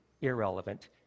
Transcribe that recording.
irrelevant